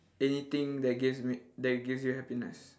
anything that give m~ that will give you happiness